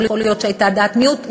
יכול להיות שהייתה דעת מיעוט.